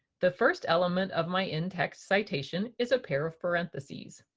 the first element of my in-text citation is a pair of parentheses.